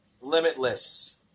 limitless